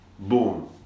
Boom